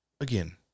again